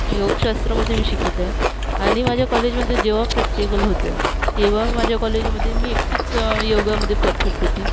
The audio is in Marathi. योगशास्त्रामध्ये मी शिकत आहे आणि माझ्या कॉलेजमध्ये जेव्हा प्रॅक्टिकल होतं तेव्हा माझ्या कॉलेजमध्ये मी एकटीच योगामध्ये परफेक्ट होती